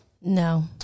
No